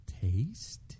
taste